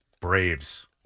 Braves